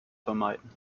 vermeiden